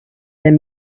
lend